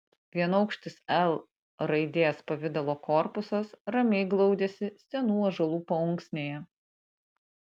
vienaukštis l raidės pavidalo korpusas ramiai glaudėsi senų ąžuolų paunksnėje